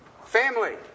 Family